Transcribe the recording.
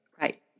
right